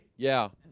yeah